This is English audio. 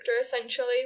essentially